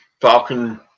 Falcon